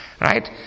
Right